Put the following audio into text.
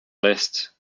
list